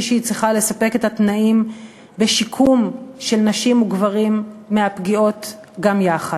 שהיא צריכה לספק את התנאים בשיקום של נשים וגברים מהפגיעות גם יחד.